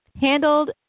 handled